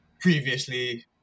previously